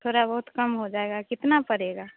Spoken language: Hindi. तोड़ा बहुत कम हो जाएगा कितना पड़ेगा